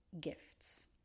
gifts